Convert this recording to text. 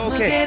Okay